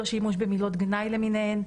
לא שימוש במילות גנאי למיניהן.